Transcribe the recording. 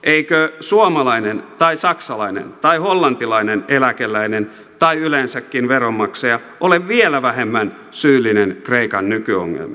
eikö suomalainen tai saksalainen tai hollantilainen eläkeläinen tai yleensäkin veronmaksaja ole vielä vähemmän syyllinen kreikan nykyongelmiin